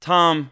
Tom